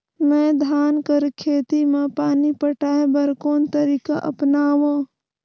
मैं धान कर खेती म पानी पटाय बर कोन तरीका अपनावो?